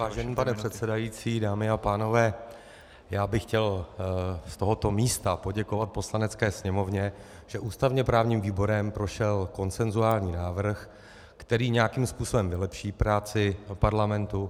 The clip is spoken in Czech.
Vážený pane předsedající, dámy a pánové, já bych chtěl z tohoto místa poděkovat Poslanecké sněmovně, že ústavněprávním výborem prošel konsensuální návrh, který nějakým způsobem vylepší práci parlamentu.